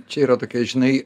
čia yra tokia žinai